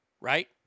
right